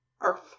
Earth